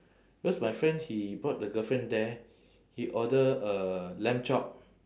because my friend he brought the girlfriend there he order a lamb chop